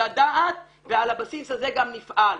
לדעת ועל הבסיס הזה גם נפעל.